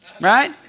Right